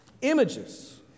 Images